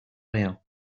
rien